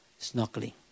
snorkeling